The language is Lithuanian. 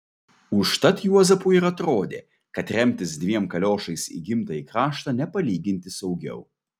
užtat juozapui ir atrodė kad remtis dviem kaliošais į gimtąjį kraštą nepalyginti saugiau